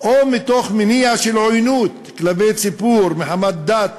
או מתוך מניע של עוינות כלפי ציבור מחמת דת,